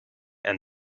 and